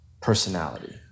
personality